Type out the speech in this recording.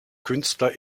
künstler